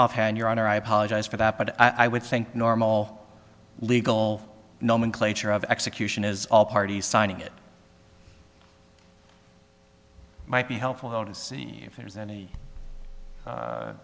offhand your honor i apologize for that but i would think normal legal nomenclature of execution is all parties signing it might be helpful though to see if there's any